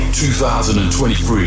2023